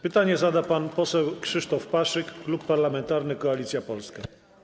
Pytanie zada pan poseł Krzysztof Paszyk, Klub Parlamentarny Koalicja Polska.